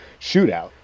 shootout